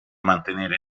mantenere